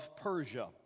Persia